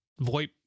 Voip